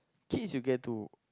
kids will get to